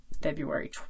February